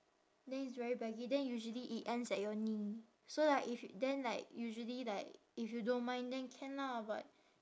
then it's very baggy then usually it ends at your knee so like if then like usually like if you don't mind then can lah but